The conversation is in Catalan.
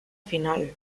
final